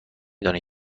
دانی